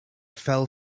fell